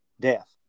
death